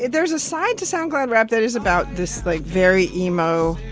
there's a side to soundcloud rap that is about this, like, very emo